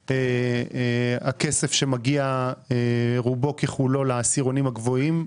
הכסף שמגיע רובו ככולו לעשירונים הגבוהים,